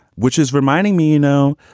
which is reminding me, you know,